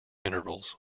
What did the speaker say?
intervals